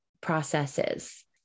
processes